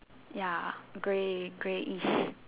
ya grey greyish